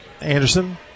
Anderson